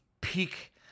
Peak